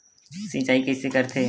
सिंचाई कइसे करथे?